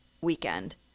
weekend